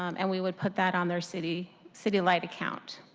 um and we would put that on their city city light account.